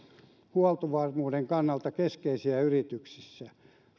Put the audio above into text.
huoltovarmuuden kannalta keskeisiä yrityksiä